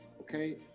okay